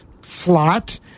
slot